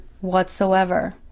whatsoever